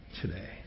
today